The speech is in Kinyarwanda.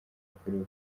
yakorewe